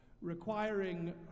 requiring